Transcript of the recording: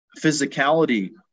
physicality